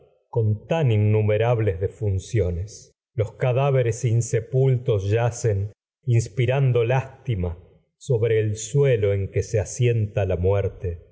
tan innumerables de yacen funciones cadáveres insepultos que se inspirando lástima sobre el y suelo en asienta la muerte